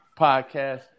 podcast